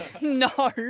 No